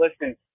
Listen